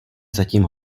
zatím